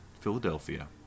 Philadelphia